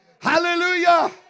Hallelujah